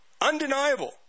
undeniable